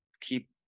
keep